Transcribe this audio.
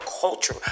culture